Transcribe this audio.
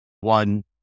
one